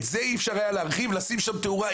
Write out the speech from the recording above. את זה אי אפשר היה להרחיב ולשים שם תאורה?